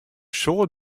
soad